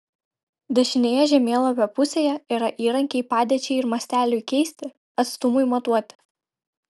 dešinėje žemėlapio pusėje yra įrankiai padėčiai ir masteliui keisti atstumui matuoti